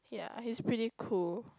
ya he's pretty cool